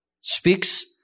speaks